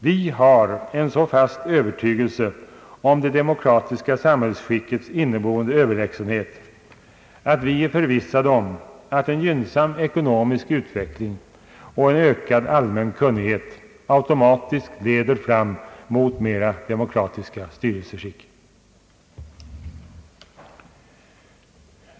Vi har en sådan fast övertygelse om det demokratiska samhällsskickets inneboende överlägsenhet, att vi är förvissade om att en gynnsam ekonomisk utveckling och en ökad allmän kunnighet automatiskt leder fram mot mera demokratiskt styrelseskick.